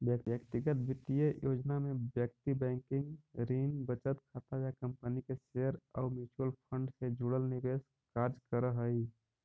व्यक्तिगत वित्तीय योजना में व्यक्ति बैंकिंग, ऋण, बचत खाता या कंपनी के शेयर आउ म्यूचुअल फंड से जुड़ल निवेश कार्य करऽ हइ